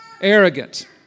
arrogant